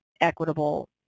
equitable